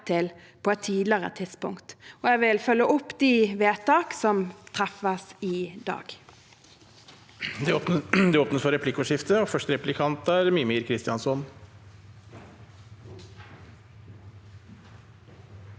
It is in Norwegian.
til på et tidligere tidspunkt. Jeg vil følge opp de vedtak som treffes i dag.